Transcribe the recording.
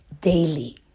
daily